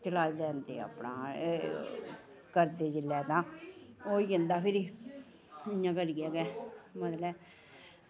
चलाई लैंदे अपना एह् करदे जेल्लै तां होई जंदा फिरी इ'यां करियै ते उ'नें